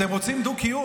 אתם רוצים דו-קיום?